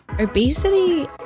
obesity